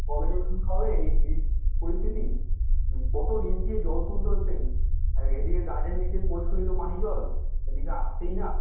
কবে যে ঠিক হবে এই এই পরিস্থিতি কত নিচ দিয়ে জল তুলতে হচ্ছে আর এদিকে গার্ডেন রিচের পরিশোধিত পানি জল এদিকে আসছেই না